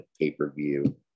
Pay-Per-View